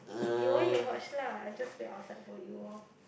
you want you watch lah I will just wait outside for you all